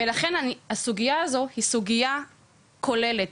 ולכן הסוגיה הזו היא סוגיה כוללת,